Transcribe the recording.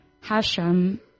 Hashem